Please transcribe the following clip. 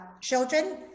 children